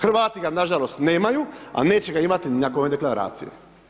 Hrvati ga, na žalost, nemaju, a neće ga imati ni nakon ove Deklaracije.